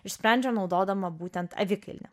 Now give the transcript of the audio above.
išsprendžia naudodama būtent avikailį